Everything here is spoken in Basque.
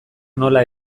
nola